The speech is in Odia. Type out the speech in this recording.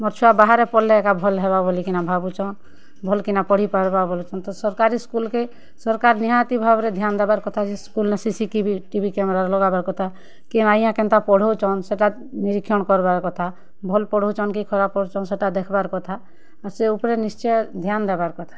ମୋର୍ ଛୁଆ ବାହାରେ ପଢ଼୍ଲେ ଏକା ଭଲ୍ ହେବା ବୋଲିକିନା ଭାବୁଛନ୍ ଭଲ୍ କିନା ପଢ଼ିପାର୍ବା ବୋଲୁଛନ୍ ତ ସର୍କାରୀ ସ୍କୁଲ୍କେ ସରକାର୍ ନିହାତି ଭାବ୍ରେ ଧ୍ୟାନ୍ ଦେବାର୍ କଥା ଯେ ସ୍କୁଲ୍ନେ ସିସି ଟିଭି କ୍ୟାମେରା ଲାଗାବାର୍ କଥା କେନ୍ ଆଜ୍ଞା କେନ୍ତା ପଢ଼ଉଛନ୍ ସେଟା ନୀରିକ୍ଷଣ କର୍ବାର୍ କଥା ଭଲ୍ ପଢ଼ଉଛନ୍ କି ଖରାପ୍ ପଢ଼ଉଛନ୍ ସେଟା ଦେଖ୍ବାର୍ କଥା ତ ସେ ଉପ୍ରେ ନିଶ୍ଚୟ ଧ୍ୟାନ୍ ଦେବାର୍ କଥା